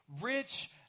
rich